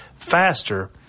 Faster